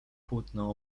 płótno